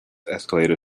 escalator